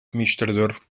administrador